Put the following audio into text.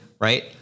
Right